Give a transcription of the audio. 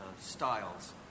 styles